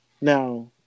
now